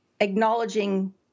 acknowledging